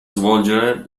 svolgere